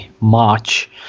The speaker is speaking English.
march